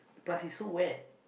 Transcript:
plus it's so wet